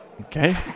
Okay